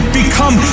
become